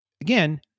Again